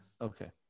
Okay